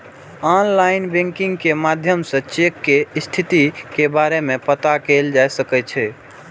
online banking के माध्यम सं चेक के स्थिति के बारे मे पता कैल जा सकै छै